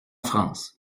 france